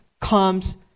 comes